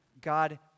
God